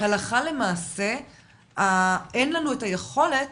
הלכה למעשה אין לנו את היכולת